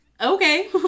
okay